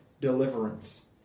deliverance